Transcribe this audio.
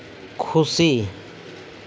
ᱠᱷᱩᱥᱤ